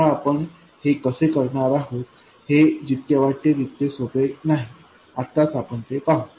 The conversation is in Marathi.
आता आपण हे कसे करणार आहोत हे जितके वाटते तितके सोपे नाही आत्ताच आपण ते पाहू